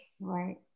Right